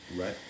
Right